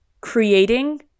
creating